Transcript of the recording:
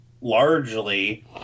largely